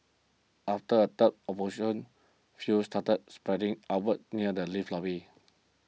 after a third fuel started spreading upwards near the lift lobby